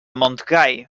montgai